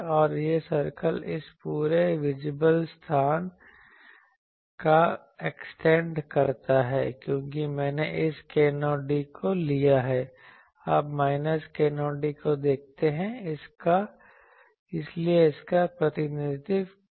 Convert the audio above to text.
और यह सर्कल इस पूरे विजिबल स्थान को एक्सटेंड करता है क्योंकि मैंने इस k0d को लिया है आप माइनस k0d को देखते हैं इसलिए इसका प्रतिनिधित्व किया जाता है